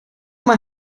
mal